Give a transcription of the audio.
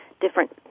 different